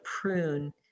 prune